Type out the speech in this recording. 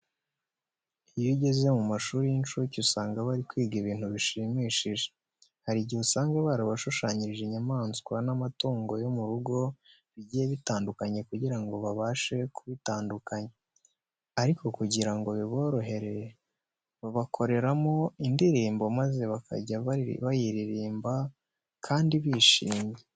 Iyo ugeze mu mashuri y'incuke usanga bari kwiga ibintu bishimishije. Hari igihe usanga barabashushanyirije inyamaswa n'amatungo yo mu rugo bigiye bitandukanye kugira ngo babashe kubitandukanya, ariko kugira ngo biborohere babakoreramo indirimbo maze bakajya bayiririmba kandi bishimye.